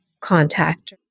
contact